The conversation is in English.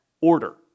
order